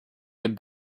good